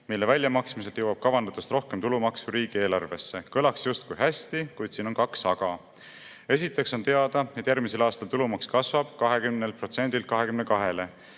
mille väljamaksmisel jõuab kavandatust rohkem tulumaksu riigieelarvesse. Kõlab justkui hästi, kuid siin on kaks aga. Esiteks on teada, et järgmisel aastal tulumaks kasvab 20%-lt